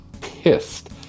pissed